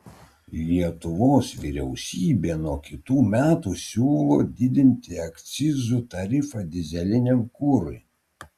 lietuvos vyriausybė nuo kitų metų siūlo didinti akcizų tarifą dyzeliniam kurui